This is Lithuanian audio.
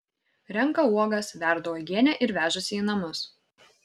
renka uogas verda uogienę ir vežasi į namus